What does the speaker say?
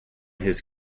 his